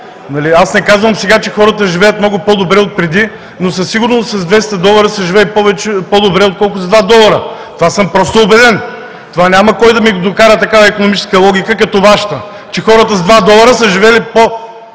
Аз не казвам сега, че хората живеят много по-добре отпреди, но със сигурност с 200 долара се живее по-добре, отколкото с 2 долара. В това съм просто убеден. Няма кой да ми докара такава икономическа логика като Вашата, че хората с два долара са живели